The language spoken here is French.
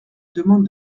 demande